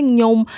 nhung